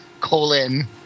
Colon